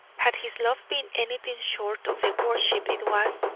had his love been anything short of the worship it was,